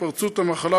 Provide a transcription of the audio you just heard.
התפרצות המחלה,